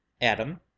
Adam